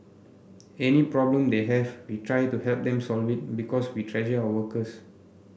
any problem they have we try to help them solve it because we treasure our workers